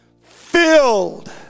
filled